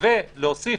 ולהוסיף